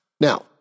Now